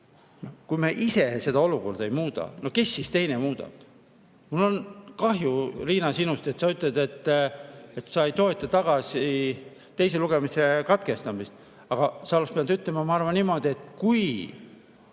Kui me ise seda olukorda ei muuda, siis kes teine muudab? Mul on kahju, Riina, sinust, et sa ütled, et sa ei toeta teise lugemise katkestamist. Sa oleks pidanud ütlema, ma arvan, niimoodi, et kui